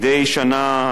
מדי שנה,